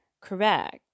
correct